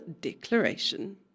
Declaration